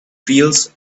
fields